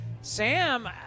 sam